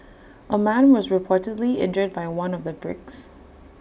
A man was reportedly injured by one of the bricks